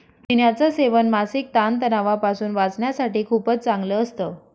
पुदिन्याच सेवन मानसिक ताण तणावापासून वाचण्यासाठी खूपच चांगलं असतं